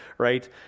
right